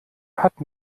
hat